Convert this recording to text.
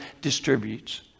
distributes